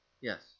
Yes